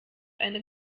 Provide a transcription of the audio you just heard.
eine